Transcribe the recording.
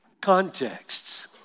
contexts